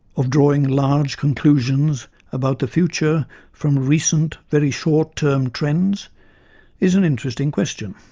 of drawing large conclusions about the future from recent very short term trends is an interesting question.